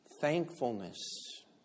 Thankfulness